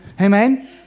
Amen